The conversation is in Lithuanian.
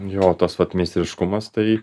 jo tas pat meistriškumas tai